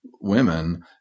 women